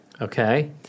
Okay